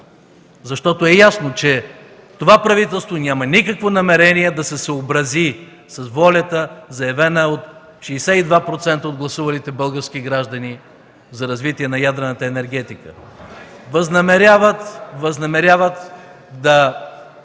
защото е ясно, че това правителство няма никакво намерение да се съобрази с волята, заявена от 62% от гласувалите български граждани за развитие на ядрената енергетика. Възнамеряват да